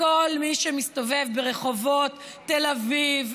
כל מי שמסתובב ברחובות תל אביב,